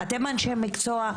אתם אנשי מקצוע,